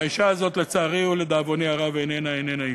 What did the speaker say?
והאישה הזאת, לצערי ולדאבוני הרב, איננה אתנו.